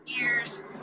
ears